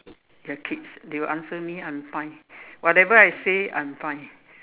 the kids they will answer me I'm fine whatever I say I'm fine